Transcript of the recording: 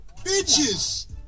Bitches